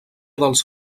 dels